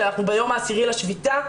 שאנחנו ביום העשירי לשביתה,